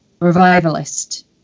revivalist